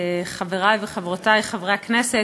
חברי וחברותי חברי הכנסת,